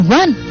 one